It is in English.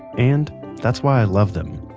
and that's why i love them.